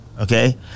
Okay